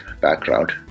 background